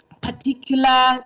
particular